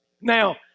Now